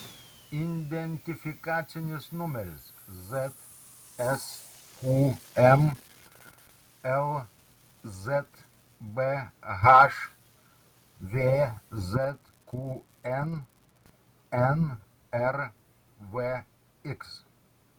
identifikacinis numeris zsqm lzbh vzqn nrvx